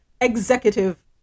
executive